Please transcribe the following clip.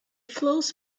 flows